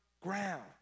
ground